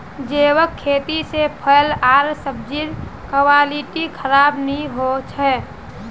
जैविक खेती से फल आर सब्जिर क्वालिटी खराब नहीं हो छे